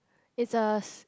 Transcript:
is us